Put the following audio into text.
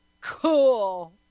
Cool